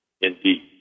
indeed